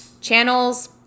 channels